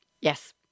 Yes